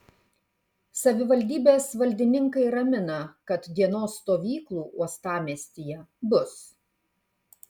savivaldybės valdininkai ramina kad dienos stovyklų uostamiestyje bus